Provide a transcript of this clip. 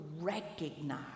recognize